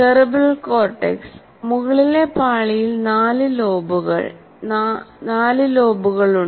cerebral cortex മുകളിലെ പാളിയിൽ നാലു ലോബുകളുണ്ട്